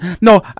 No